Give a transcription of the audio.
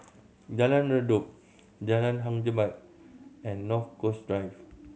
Jalan Redop Jalan Hang Jebat and North Coast Drive